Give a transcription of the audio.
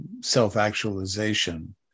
self-actualization